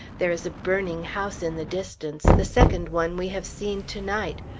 there is a burning house in the distance, the second one we have seen to-night.